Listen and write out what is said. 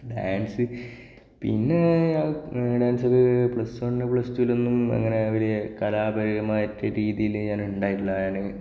dance പിന്നെ ഡാൻസൊക്കെ plus one plus ടുവിൽ ഒന്നും അങ്ങനെ കലാപരമായിട്ട് രീതിയിൽ ഞാൻ ഉണ്ടായില്ല ഞാൻ